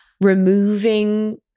removing